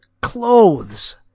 clothes